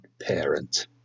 parent